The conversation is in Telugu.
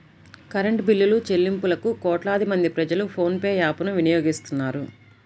కరెంటు బిల్లులుచెల్లింపులకు కోట్లాది మంది ప్రజలు ఫోన్ పే యాప్ ను వినియోగిస్తున్నారు